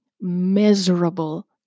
miserable